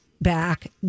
back